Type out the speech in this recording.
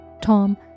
Tom